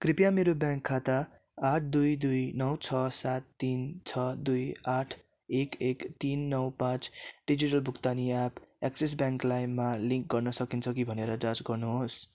कृपया मेरो ब्याङ्क खाता आठ दुई दुई नौ छ सात तिन छ दुई आठ एक एक तिन नौ पाँच डिजिटल भुक्तानी एप्प एक्सिस ब्याङ्क लाइममा लिङ्क गर्न सकिन्छ कि भनेर जाँच गर्नुहोस्